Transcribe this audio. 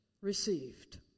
received